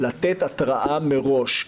לתת התראה מראש.